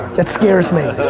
it scares me.